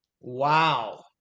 Wow